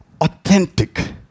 authentic